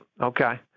Okay